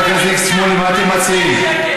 חברי הכנסת, מה אתם מציעים?